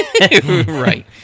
Right